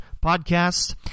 podcast